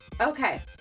Okay